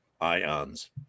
ions